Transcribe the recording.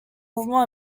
mouvement